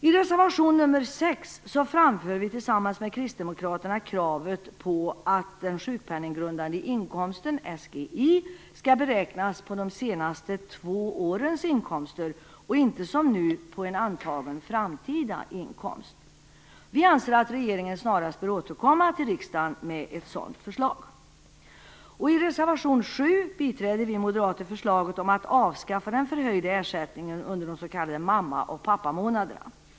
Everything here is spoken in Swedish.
I reservation 6 framför vi tillsammans med Kristdemokraterna kravet på att den sjukpenninggrundande inkomsten, SGI, skall beräknas på de senaste två årens inkomster och inte som nu på en antagen framtida inkomst. Vi anser att regeringen snarast bör återkomma till riksdagen med ett sådant förslag. I reservation 7 biträder vi moderater förslaget om att avskaffa den förhöjda ersättningen under den s.k. mamma och pappamånaden.